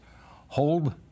Hold